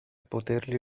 poterli